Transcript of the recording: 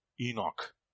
Enoch